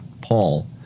Paul